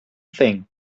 thing